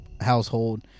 household